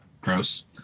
Gross